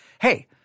Hey